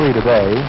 today